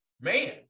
man